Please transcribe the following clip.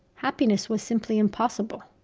happiness was simply impossible?